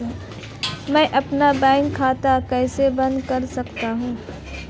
मैं अपना बैंक खाता कैसे बंद कर सकता हूँ?